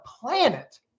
planet